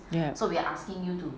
!yay!